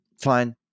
Fine